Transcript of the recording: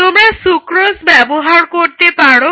তোমরা সুক্রোজ ব্যবহার করতে পারো